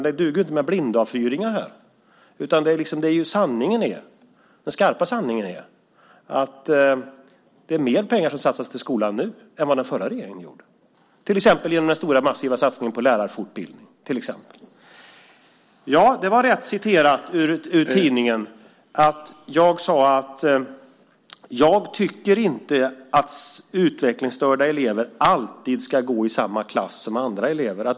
Det duger inte med blindavfyringar, utan här handlar det om sanningen. Den skarpa sanningen är att man satsar mer pengar på skolan nu än vad den förra regeringen gjorde. Jag tänker till exempel på den stora massiva satsningen på lärarfortbildning. Ja, det var rätt citerat ur tidningen. Jag sade att jag inte tycker att utvecklingsstörda elever alltid ska gå i samma klass som andra elever.